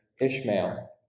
Ishmael